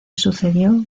sucedió